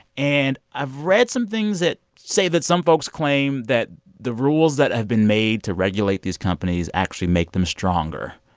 and i've read some things that say that some folks claim that the rules that have been made to regulate these companies actually make them stronger.